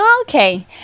Okay